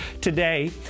today